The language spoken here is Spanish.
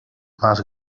más